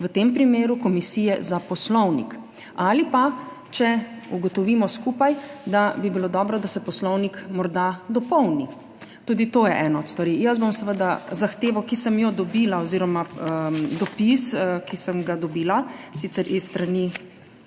v tem primeru Komisije za poslovnik ali pa, če ugotovimo skupaj, da bi bilo dobro, da se Poslovnik morda dopolni, tudi to je ena od stvari. Jaz bom seveda zahtevo, ki sem jo dobila, oziroma dopis, ki sem ga dobila sicer s strani